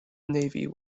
navy